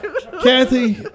Kathy